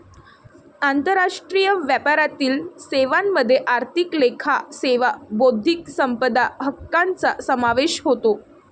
आंतरराष्ट्रीय व्यापारातील सेवांमध्ये आर्थिक लेखा सेवा बौद्धिक संपदा हक्कांचा समावेश होतो